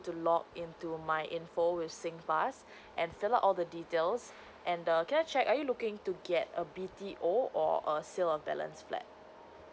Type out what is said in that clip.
to log into my info with singpass and fill up all the details and the can I check are you looking to get a B_T_O or a sale of balance flat